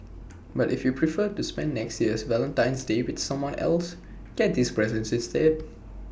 but if you prefer to spend next year's Valentine's day with someone else give these presents instead